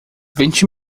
vinte